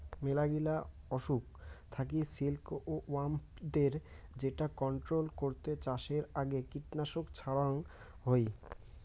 মেলাগিলা অসুখ থাকি সিল্ক ওয়ার্মদের যেটা কন্ট্রোল করতে চাষের আগে কীটনাশক ছড়াঙ হই